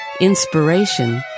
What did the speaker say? inspiration